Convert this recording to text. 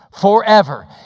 forever